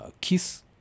kiss